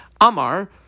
Amar